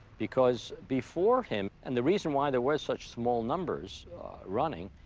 because before him and the reason why there were such small numbers running,